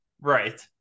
Right